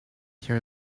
hear